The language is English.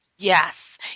Yes